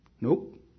nope